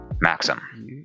Maxim